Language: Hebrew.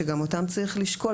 וגם אותם צריך לשקול.